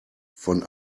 von